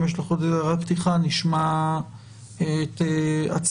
אם יש לך עוד הערת פתיחה ונשמע את הצגת